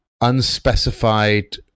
unspecified